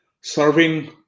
serving